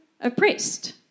oppressed